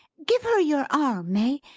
give her your arm, may.